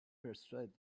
persuaded